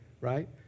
right